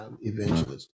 evangelism